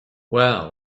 well